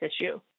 issue